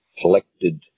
collected